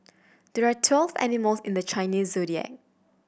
there are twelve animals in the Chinese Zodiac